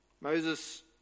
Moses